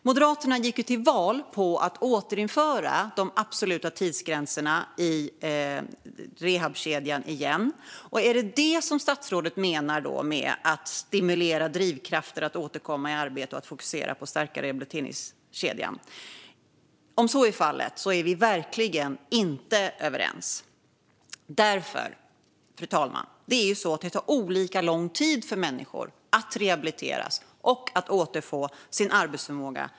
Moderaterna gick till val på att återinföra de absoluta tidsgränserna i rehabkedjan. Är det detta statsrådet menar med att "stimulera drivkrafter för att återkomma i arbete samt att fokusera på att stärka rehabiliteringskedjan"? Om så är fallet är vi verkligen inte överens. Fru talman! Det tar olika lång tid för sjuka människor att rehabiliteras och återfå sin arbetsförmåga.